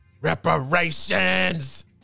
reparations